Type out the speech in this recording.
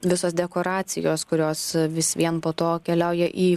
visos dekoracijos kurios vis vien po to keliauja į